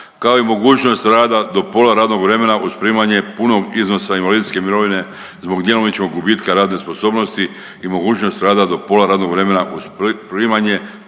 kao i mogućnost rada do pola radnog vremena uz primanje punog iznosa invalidske mirovine zbog djelomičnog gubitka radne sposobnosti i mogućnost rada do pola radnog vremena uz primanje